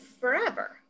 forever